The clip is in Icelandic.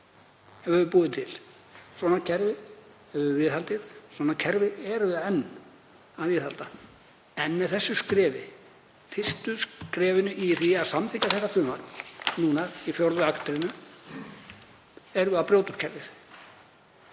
höfum við búið til. Svona kerfi höfum við viðhaldið. Svona kerfi erum við enn að viðhalda. En með þessu skrefi, fyrsta skrefinu, að samþykkja þetta frumvarp núna í fjórðu atrennu, erum við að brjóta upp kerfið.